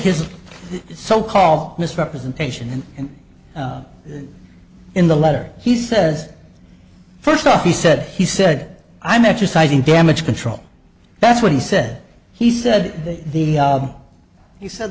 his so called misrepresentation and in the letter he says first off he said he said i'm exercising damage control that's what he said he said the he said